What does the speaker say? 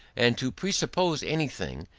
and to presuppose anything,